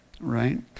right